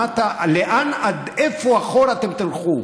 עד איפה אחורה אתם תלכו?